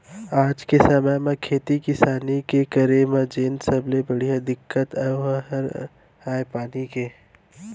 आज के समे म खेती किसानी के करे म जेन सबले बड़े दिक्कत अय ओ हर अय पानी के